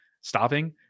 stopping